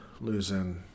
losing